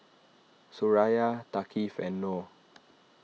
Suraya Thaqif and Noh